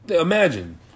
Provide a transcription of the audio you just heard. Imagine